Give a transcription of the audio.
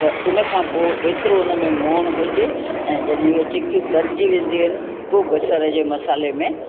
त उन खां पोइ एतिरो उन में मोण हुजे ऐं जॾहिं उहे टिकियूं तरिजी वेंदियूं आहिनि पोइ बसरि जो मसाले में